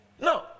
No